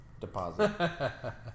deposit